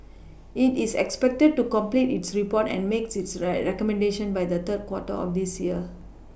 it is expected to complete its report and make its red recommendations by the third quarter of this year